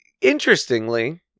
interestingly